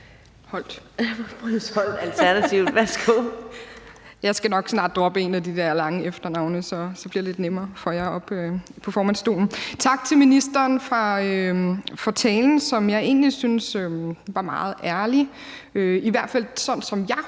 Jeg skal nok snart droppe et af de der lange efternavne. Så bliver det lidt nemmere for jer oppe i formandsstolen. Tak til ministeren for talen, som jeg egentlig syntes var meget ærlig. Sådan som jeg